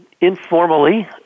informally